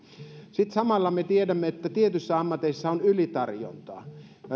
sitten samalla me tiedämme että tietyissä ammateissa on ylitarjontaa